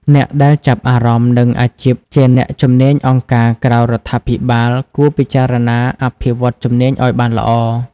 អ្នកដែលចាប់អារម្មណ៍នឹងអាជីពជាអ្នកជំនាញអង្គការក្រៅរដ្ឋាភិបាល គួរពិចារណាអភិវឌ្ឍជំនាញឱ្យបានល្អ។